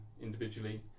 individually